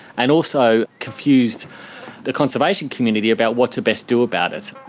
and also confused the conservation community about what to best do about it.